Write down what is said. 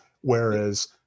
Whereas